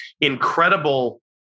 incredible